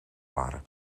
waren